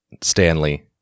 Stanley